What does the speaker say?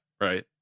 right